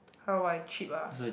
how I cheap ah